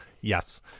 Yes